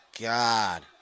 God